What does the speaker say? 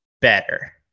better